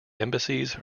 embassies